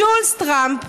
ג'ולס טראמפ,